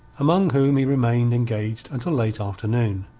among whom he remained engaged until late afternoon.